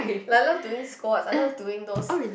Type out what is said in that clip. like I love doing squats I love doing those